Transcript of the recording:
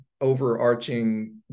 overarching